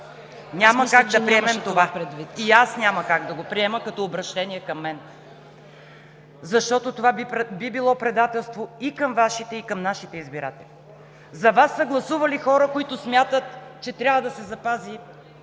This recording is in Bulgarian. това предвид. КОРНЕЛИЯ НИНОВА: Аз няма как да го приема това като обръщение към мен, защото това би било предателство и към Вашите, и към нашите избиратели. За Вас са гласували хора, които смятат, че трябва да се запази